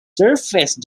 surfaced